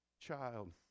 child